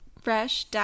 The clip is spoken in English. fresh